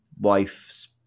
wife's